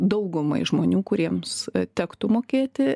daugumai žmonių kuriems tektų mokėti